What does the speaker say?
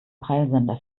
peilsender